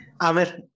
Amir